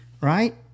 Right